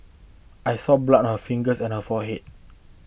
I saw blood on her fingers and on her forehead